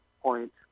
point